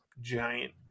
giant